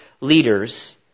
leaders